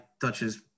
touches